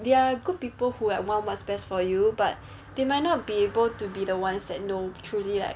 they are good people who like want what's best for you but they might not be able to be the ones that know truly like